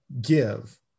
give